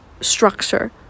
structure